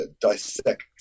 dissect